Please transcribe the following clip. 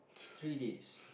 three days